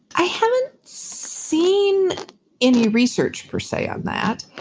i haven't seen any research, per se, on that.